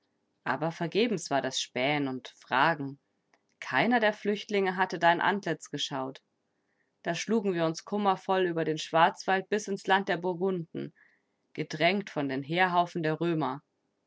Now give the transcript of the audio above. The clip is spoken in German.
aber vergebens war das spähen und fragen keiner der flüchtigen hatte dein antlitz geschaut da schlugen wir uns kummervoll über den schwarzwald bis in das land der burgunden gedrängt von den heerhaufen der römer